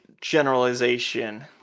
generalization